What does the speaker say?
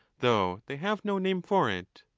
though they have no name for it.